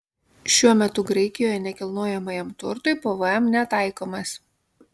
šiuo metu graikijoje nekilnojamajam turtui pvm netaikomas